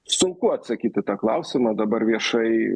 sunku atsakyt į tą klausimą dabar viešai